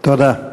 תודה.